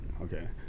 okay